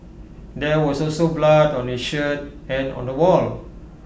there was also blood on his shirt and on the wall